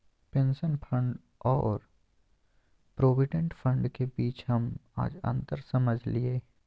pension fund और provident fund के बीच हम आज अंतर समझलियै